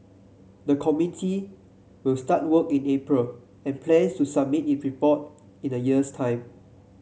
the committee will start work in April and plans to submit its report in a year's time